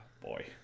boy